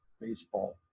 baseball